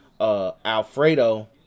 Alfredo